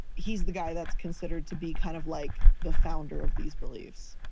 he's the guy that's considered to be kind of like the founder of these beliefs.